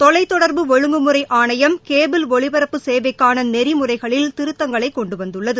தொலைத் தொடர்பு ஒழுங்குமுறை ஆணையம் கேபிள் ஒளிபரப்பு சேவைக்கான நெறிமுறைகளில் திருத்தங்களை கொண்டு வந்துள்ளது